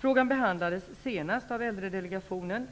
Frågan behandlades senast av Äldredelegationen.